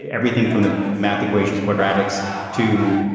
everything from the math equations quadratic to,